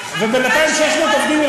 יהיה לך מכל קטן שאתה יכול לפקח עליו.